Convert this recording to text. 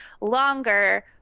longer